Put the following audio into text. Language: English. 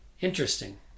Interesting